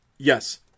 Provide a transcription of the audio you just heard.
Yes